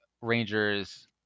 Rangers